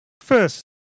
First